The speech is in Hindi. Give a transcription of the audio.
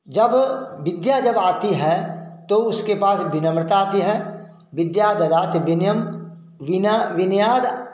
जब विद्या जब आती है तो उसके पास विनम्रता आती है विद्या ददाति विनयम् विनय विनयादा